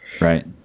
Right